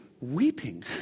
weeping